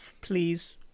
please